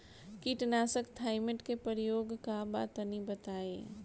कीटनाशक थाइमेट के प्रयोग का बा तनि बताई?